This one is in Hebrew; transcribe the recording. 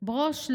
/ ברוש,